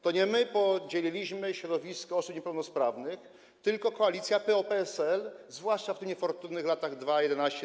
To nie my podzieliliśmy środowisko osób niepełnosprawnych, tylko koalicja PO-PSL, zwłaszcza w tych niefortunnych latach 2011–2014.